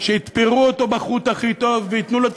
שיתפרו אותו בחוט הכי טוב וייתנו לו את